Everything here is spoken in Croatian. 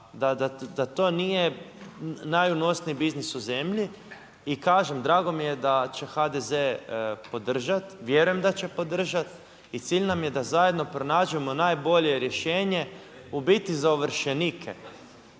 da to nije najunosniji biznis u zemlji. I kažem, drago mi je da će HDZ podržati, vjerujem da će podržati. I cilj nam je da zajedno pronađemo najbolje rješenje u biti za ovršenike,